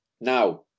now